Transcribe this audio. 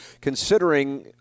considering